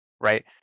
right